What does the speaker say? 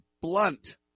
blunt